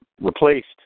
replaced